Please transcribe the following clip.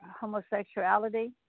homosexuality